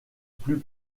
plus